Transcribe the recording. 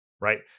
right